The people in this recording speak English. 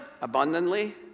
Abundantly